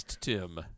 Tim